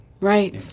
Right